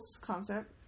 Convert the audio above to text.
concept